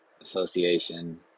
Association